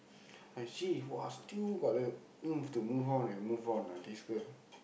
I see !wah! still got the oomph to move on and move on ah this girl